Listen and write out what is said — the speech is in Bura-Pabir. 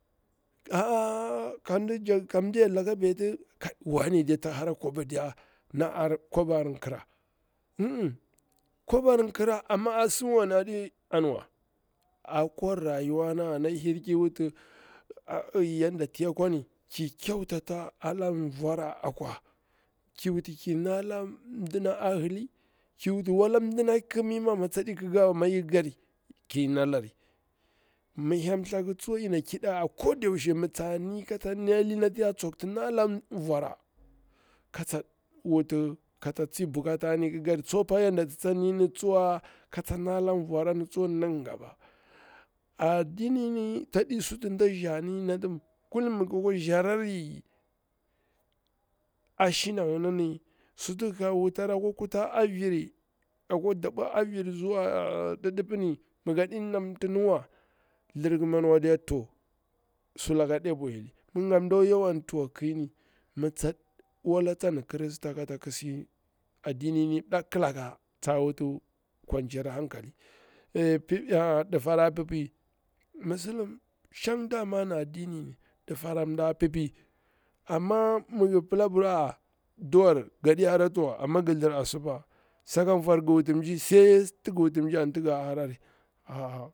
A a a kada jak, ka mjiyar laka beti kai wane diya tak hara kwaba diya, kwaba kira um um, kwaba kira amma a simwa ni a ɗi anwa. Aƙwa rayuwana ihir ki wuti yarda ti yakwani, ki kyautata ala vora akwa ki wuti ki nda mdinati a hiliy, ki wuti wala mdina kimi ma amma tsaɗi kikerwa amma iyya ƙikari ki nalari, mi hyel thaku tsuwa koda yushe yana ƙiɗa abir mi tsani, ka ta ni nafi ya nala vora, ka tsa wuti ka ta tsi bukata ni ki kari, tsopa yor da ti tsa nali ni tsuwa katsa nala vora ka tsa tsibukata nikikari nan gaba. A adini tsa ɗi suti nɗa zani wa, mi ga kwa nzarari ashina ngini sutu ga wutari akwa kuta aviri na ngini akwa ɗabwa aviri ka didipim migaɗi namtawa thlikimanwadiya, mi ngi gati nda takwa yawan tuwa kim, wala tsan krista ka kizi adini ni, musulum ngi thir asuba gaɗi thir duwar wa, sai mi gi wuti mji.